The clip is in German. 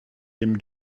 dem